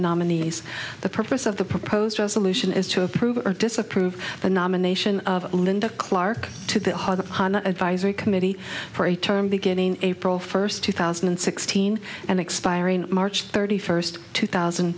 nominees the purpose of the proposed resolution is to approve or disapprove the nomination of linda clark to the heart of advisory committee for a term beginning april first two thousand and sixteen and expiring march thirty first two thousand